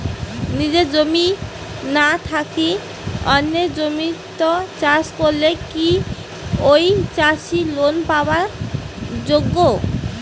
নিজের জমি না থাকি অন্যের জমিত চাষ করিলে কি ঐ চাষী লোন পাবার যোগ্য?